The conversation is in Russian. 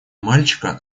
мальчика